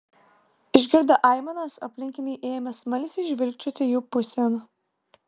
išgirdę aimanas aplinkiniai ėmė smalsiai žvilgčioti jų pusėn